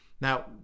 Now